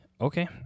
Okay